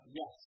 yes